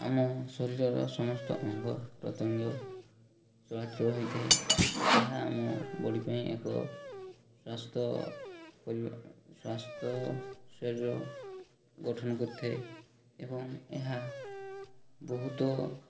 ଆମ ଶରୀରର ସମସ୍ତ ଅଙ୍ଗ ପ୍ରତ୍ୟଙ୍ଗ ଚଳା ହୋଇଥାଏ ଯାହା ଆମ ବଡ଼ି ପାଇଁ ଏକ ସ୍ୱାସ୍ଥ୍ୟ ସ୍ୱାସ୍ଥ୍ୟ ଶରୀର ଗଠନ କରିଥାଏ ଏବଂ ଏହା ବହୁତ